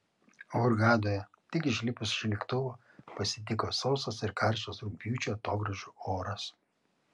hurgadoje tik išlipus iš lėktuvo pasitiko sausas ir karštas rugpjūčio atogrąžų oras